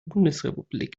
bundesrepublik